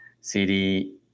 city